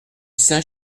saint